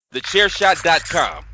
TheChairShot.com